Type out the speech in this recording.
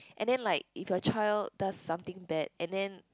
and then like if your child does something bad and then